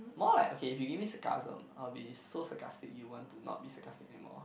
more like okay if you give sarcasm I will be so sarcastic you want to not be sarcastic anymore